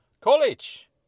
College